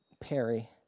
Perry